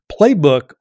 playbook